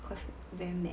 cause very matte